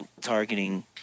targeting